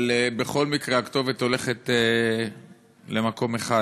אבל בכל מקרה הכתובת הולכת למקום אחד.